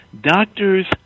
doctors